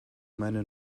meine